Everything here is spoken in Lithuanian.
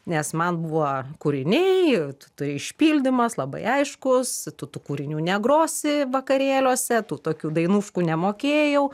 nes man buvo kūriniai tu turi išpildymas labai aiškus tu tų kūrinių negrosi vakarėliuose tų tokių dainuškų nemokėjau